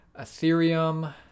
ethereum